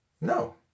No